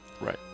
right